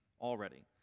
already